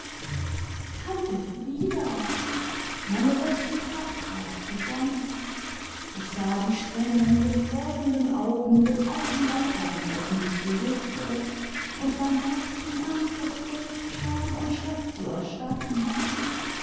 tante frieda i meine letzte kraft brach zusammen ich sah die strengen durchbohrenden augen des alten weibleins auf mich gerichtet und mein herz fing an vor furcht scham imd schreck zu erstarren